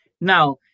Now